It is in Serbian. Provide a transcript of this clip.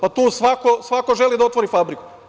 Pa tu svako želi da otvori fabriku.